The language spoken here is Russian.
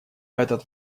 этот